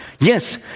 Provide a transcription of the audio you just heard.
Yes